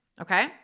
okay